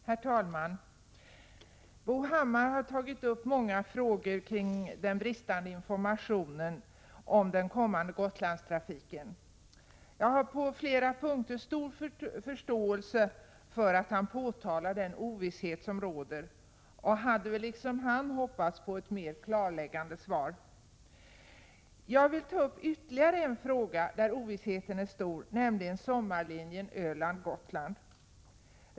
Herr talman! Bo Hammar har tagit upp den bristande informationen kring den kommande Gotlandstrafiken. Jag har på flera punkter stor förståelse för att han påtalar den ovisshet som råder och hade väl liksom han hoppats på ett mer klarläggande svar. Jag vill ta upp ytterligare en fråga där ovissheten är stor, nämligen sommarlinjen Öland— Gotland.